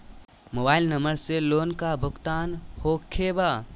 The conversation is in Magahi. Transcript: मोबाइल नंबर से लोन का भुगतान होखे बा?